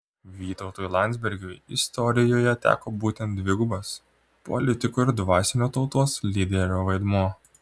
vytautui landsbergiui istorijoje teko būtent dvigubas politiko ir dvasinio tautos lyderio vaidmuo